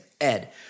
Ed